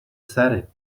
سره